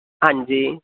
ਹਾਂਜੀ